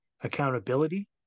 accountability